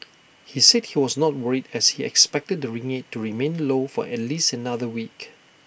he said he was not worried as he expected the ringgit to remain low for at least another week